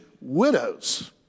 widows